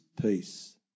peace